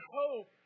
hope